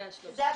זה ה-13.